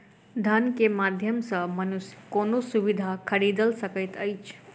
धन के माध्यम सॅ मनुष्य कोनो सुविधा खरीदल सकैत अछि